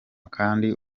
kandi